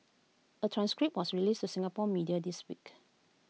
A transcript was released to Singapore's media this week